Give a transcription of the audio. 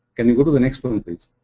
can you go to the next one, please?